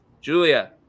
julia